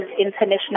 international